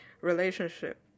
relationship